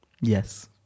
Yes